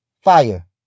fire